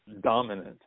dominant